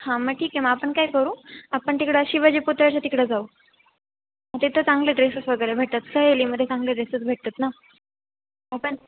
हां मग ठीक आहे मग आपण काय करू आपण तिकडं शिवाजी पुतळ्याच्या तिकडं जाऊ तिथं चांगले ड्रेसेस वगैरे भेटतात सहेलीमध्ये चांगले ड्रेसेस भेटतात ना आपण